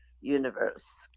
universe